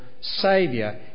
saviour